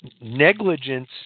negligence